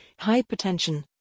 hypertension